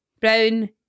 brown